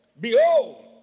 Behold